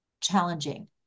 challenging